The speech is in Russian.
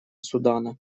судана